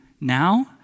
now